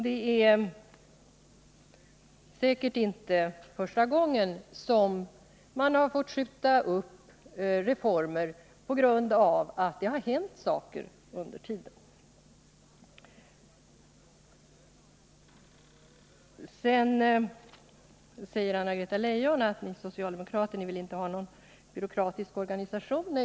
Detta är säkert inte första gången som en reform har fått skjutas upp på grund av att det har hänt saker sedan beslutet fattades. Anna-Greta Leijon säger att socialdemokraterna inte vill ha någon byråkratisk organisation.